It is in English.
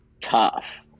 tough